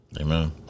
Amen